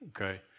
okay